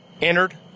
entered